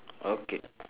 okay